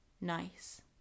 Nice